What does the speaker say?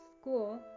School